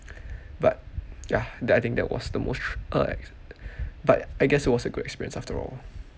but ya that I think that was the most str~ uh but I guess it was a good experience after all